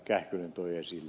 kähkönen toi esille